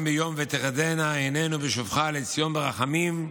ביום "ותחזינה עינינו בשובך לציון ברחמים",